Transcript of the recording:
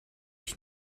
ich